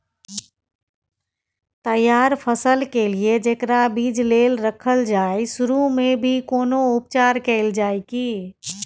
तैयार फसल के लिए जेकरा बीज लेल रखल जाय सुरू मे भी कोनो उपचार कैल जाय की?